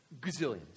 Gazillions